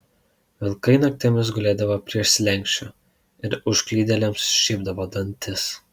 vilkai naktimis gulėdavo prie slenksčio ir užklydėliams šiepdavo dantis